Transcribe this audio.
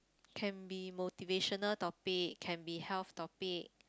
can be motivational topic can be health topic